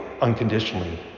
unconditionally